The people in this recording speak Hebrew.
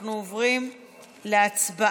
אנחנו עוברים להצבעה